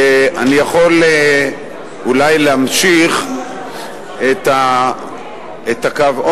ואני יכול אולי להמשיך את הקו,